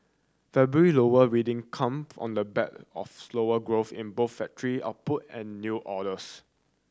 February lower reading come on the back of slower growth in both factory output and new orders